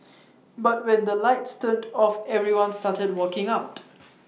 but when the lights turned off everyone started walking out